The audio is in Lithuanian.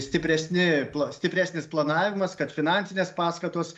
stipresni stipresnis planavimas kad finansinės paskatos